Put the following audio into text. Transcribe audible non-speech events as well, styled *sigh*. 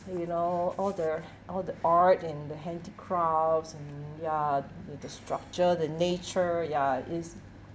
and you know all the *breath* all the art and the handicrafts and ya and the structure the nature ya it's